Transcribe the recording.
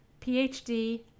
phd